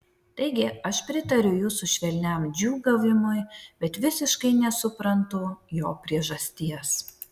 taigi aš pritariu jūsų švelniam džiūgavimui bet visiškai nesuprantu jo priežasties